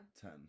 ten